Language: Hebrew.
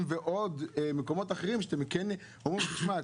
ועוד מקומות אחרים שאתם כן אומרים 'תשמע,